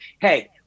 hey